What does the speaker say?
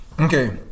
Okay